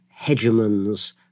hegemons